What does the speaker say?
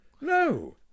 No